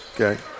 Okay